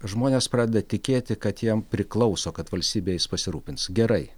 žmonės pradeda tikėti kad jiem priklauso kad valstybė jais pasirūpins gerai